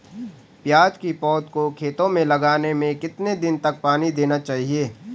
प्याज़ की पौध को खेतों में लगाने में कितने दिन तक पानी देना चाहिए?